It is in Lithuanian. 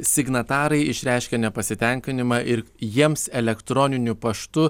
signatarai išreiškė nepasitenkinimą ir jiems elektroniniu paštu